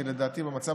כי לדעתי במצב